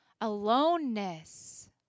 aloneness